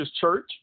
church